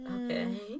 Okay